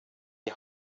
die